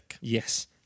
yes